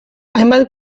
hainbat